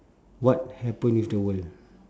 what happen with the world